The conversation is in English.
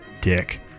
dick